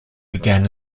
began